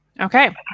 Okay